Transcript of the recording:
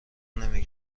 نمی